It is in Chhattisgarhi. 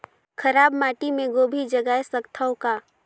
खराब माटी मे गोभी जगाय सकथव का?